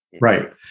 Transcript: Right